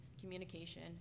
communication